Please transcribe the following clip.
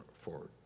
forward